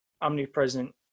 omnipresent